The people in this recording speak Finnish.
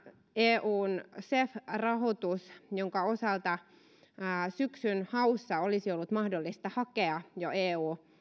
eun cef rahoitus jonka osalta jo syksyn haussa olisi ollut mahdollista hakea eu